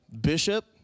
bishop